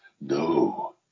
No